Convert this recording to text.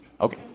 Okay